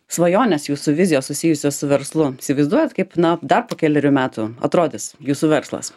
svajonės jūsų vizijos susijusios su verslu įsivaizduojat kaip na dar po kelerių metų atrodys jūsų verslas